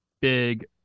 big